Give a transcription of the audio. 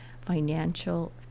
financial